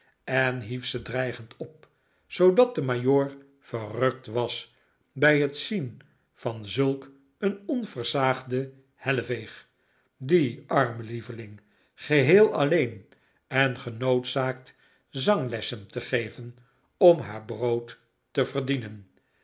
en hief ze dreigend op zoodat de majoor verrukt was bij het zien van zulk een onversaagde helleveeg die arme lieveling geheel alleen en genoodzaakt zanglessen te geven om haar brood te verdienen